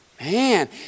Man